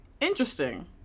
interesting